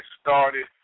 started